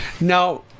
Now